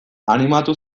animatu